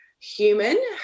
human